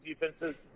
defenses